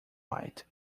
white